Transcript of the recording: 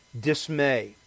dismay